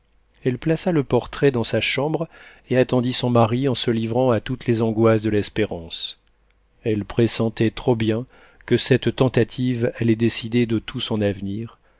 elle plaça le portrait dans sa chambre et attendit son mari en se livrant à toutes les angoisses de l'espérance elle pressentait trop bien que cette tentative allait décider de tout son avenir